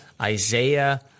Isaiah